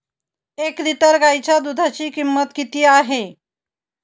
एक लिटर गाईच्या दुधाची किंमत किती आहे?